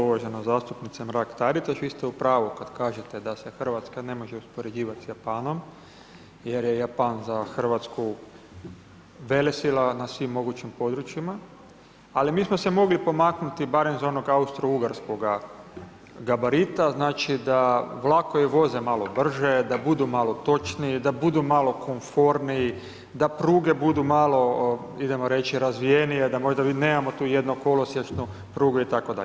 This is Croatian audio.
Uvažena zastupnice Mrak Taritaš, vi ste u pravu kad kažete da se Hrvatska ne može uspoređivat sa Japanom jer je Japan za Hrvatsku velesila na svim mogućim područjima ali mi smo se mogli pomaknuti barem za onog austrougarskoga gabarita znači da vlakovi voze malo brže, da budu malo točniji, da budu malo komforniji, da pruge budu malo idemo reći razvijenije, da možda mi nemamo tu jednu kolosiječnu prugu itd.